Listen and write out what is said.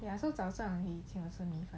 ya so 早上 he 请我吃米粉